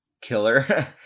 killer